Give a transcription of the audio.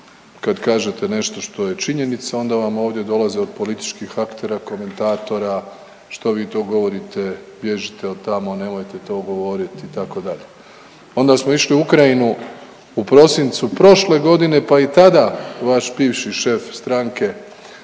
kad kažete nešto što je činjenica, onda vam ovdje dolaze od političkih aktera, komentatora što vi to govorite, bježite od tamo, nemojte to govoriti itd. Onda smo išli u Ukrajinu u prosincu prošle godine pa i tada vaš bivši šef stranke